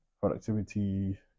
productivity